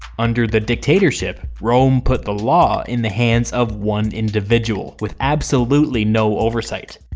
under the dictatorship, rome put the law in the hands of one individual with absolutely no oversight.